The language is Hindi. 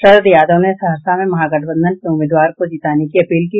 शरद यादव ने सहरसा में महागठबंधन के उम्मीदवार को जीताने की अपील की